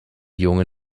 junge